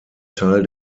teil